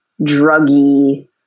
druggy